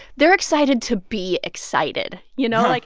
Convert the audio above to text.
they're excited to be excited. you know, like